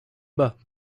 bas